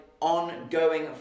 ongoing